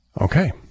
Okay